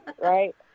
right